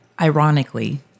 Ironically